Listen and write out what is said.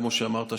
כמו שאמרת,